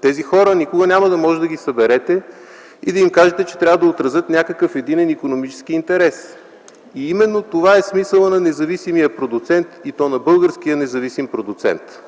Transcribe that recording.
Тези хора никога няма да можете да ги съберете и да им кажете, че трябва да отразят някакъв единен икономически интерес. Именно това е смисълът на независимия продуцент, и то на българския независим продуцент!